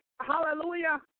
hallelujah